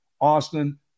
Austin